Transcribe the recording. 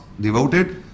devoted